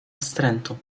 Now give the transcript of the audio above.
wstrętu